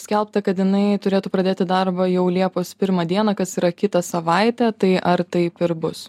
skelbta kad jinai turėtų pradėti darbą jau liepos pirmą dieną kas yra kitą savaitę tai ar taip ir bus